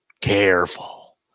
Careful